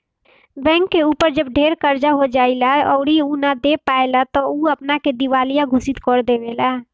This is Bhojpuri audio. बैंक के ऊपर जब ढेर कर्जा हो जाएला अउरी उ ना दे पाएला त उ अपना के दिवालिया घोषित कर देवेला